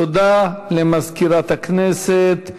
תודה למזכירת הכנסת.